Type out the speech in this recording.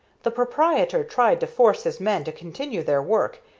the proprietor tried to force his men to continue their work,